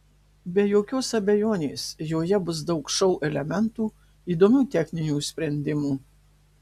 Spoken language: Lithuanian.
be jokios abejonės joje bus daug šou elementų įdomių techninių sprendimų